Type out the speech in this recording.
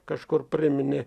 kažkur priminė